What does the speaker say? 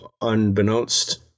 unbeknownst